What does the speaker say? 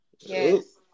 Yes